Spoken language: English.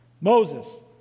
Moses